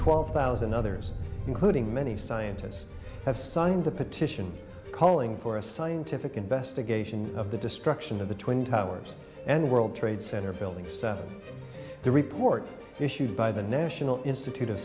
twelve thousand others including many scientists have signed a petition calling for a scientific investigation of the destruction of the twin towers and world trade center buildings the report issued by the national institute of